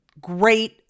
great